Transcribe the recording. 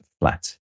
flat